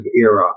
era